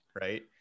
right